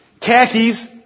khakis